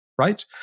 right